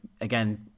again